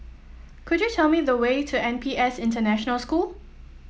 could you tell me the way to N P S International School